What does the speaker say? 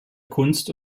kunst